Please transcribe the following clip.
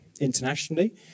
internationally